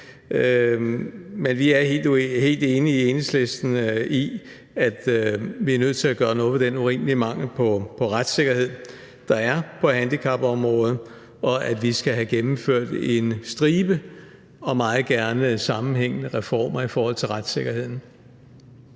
Men vi er i Enhedslisten helt enige i, at vi er nødt til at gøre noget ved den urimelige mangel på retssikkerhed, der er, på handicapområdet, og at vi skal have gennemført en stribe og meget gerne sammenhængende reformer i forhold til retssikkerheden.